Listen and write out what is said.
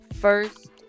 first